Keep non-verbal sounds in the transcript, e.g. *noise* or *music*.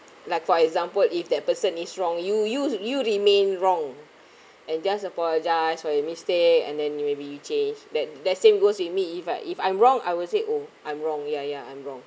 like for example if that person is wrong you you you remain wrong *breath* and just apologize for your mistake and then maybe you change that that same goes with me if I if I'm wrong I would say oh I'm wrong ya ya I'm wrong